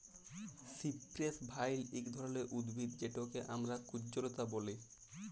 cypress vine ইক ধরলের উদ্ভিদ যেটকে আমরা কুল্জলতা ব্যলে